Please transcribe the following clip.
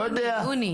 לא יודע.